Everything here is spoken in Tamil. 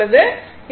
இது p v i